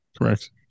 Correct